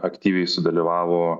aktyviai sudalyvavo